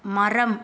மரம்